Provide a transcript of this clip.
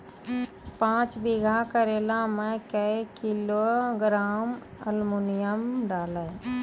पाँच बीघा करेला मे क्या किलोग्राम एलमुनियम डालें?